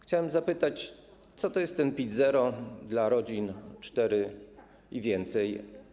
Chciałem zapytać, co to jest ten PIT-0 dla rodzin cztery i więcej.